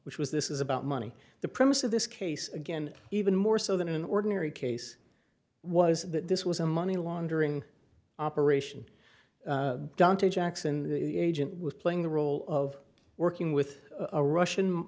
which was this is about money the premise of this case again even more so than an ordinary case was that this was a money laundering operation down to jackson agent was playing the role of working with a russian